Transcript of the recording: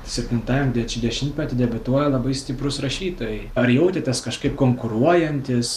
septintajam deš dešimtmety debiutuoja labai stiprūs rašytojai ar jautėtės kažkaip konkuruojantys